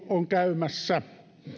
on käymässä